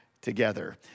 together